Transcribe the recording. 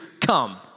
come